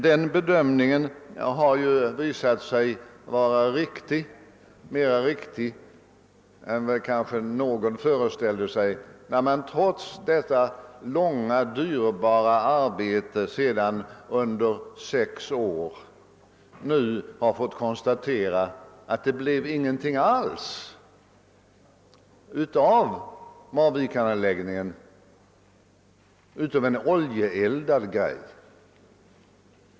Den bedömningen har visat sig vara riktig — mera riktig än man kanske föreställde sig — när man trots detta långa dyrbara arbete nu efter sex år har fått konstatera att det inte blev någonting alls av Marvikenanläggningen utom en oljeeldad grej. 6.